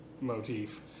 motif